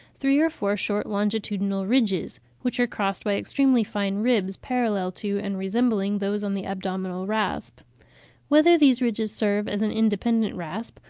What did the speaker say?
three or four short longitudinal ridges, which are crossed by extremely fine ribs, parallel to and resembling those on the abdominal rasp whether these ridges serve as an independent rasp,